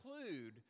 include